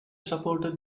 supported